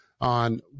on